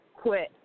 Quit